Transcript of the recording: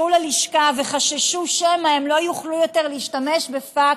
התקשרו ללשכה וחששו שמא הם לא יוכלו יותר להשתמש בפקס,